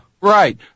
Right